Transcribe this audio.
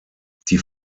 die